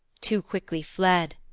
too quickly fled,